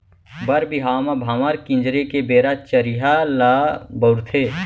बर बिहाव म भांवर किंजरे के बेरा चरिहा ल बउरथे